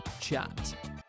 chat